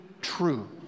true